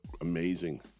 amazing